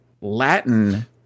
Latin